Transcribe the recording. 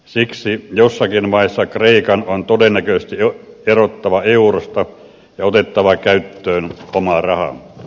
siksi jossakin vaiheessa kreikan on todennäköisesti erottava eurosta ja otettava käyttöön oma raha